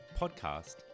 podcast